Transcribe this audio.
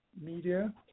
media